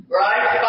right